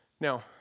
Now